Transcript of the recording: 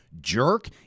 jerk